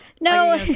No